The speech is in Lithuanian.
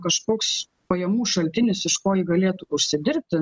kažkoks pajamų šaltinis iš ko ji galėtų užsidirbti